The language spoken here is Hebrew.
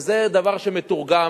וזה דבר שמתורגם